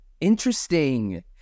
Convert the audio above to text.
interesting